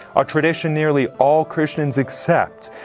a tradition nearly all christians accept,